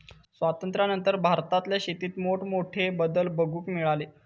स्वातंत्र्यानंतर भारतातल्या शेतीत मोठमोठे बदल बघूक मिळाले